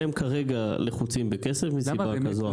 והם כרגע לחוצים בכסף מסיבה כזו או אחרת.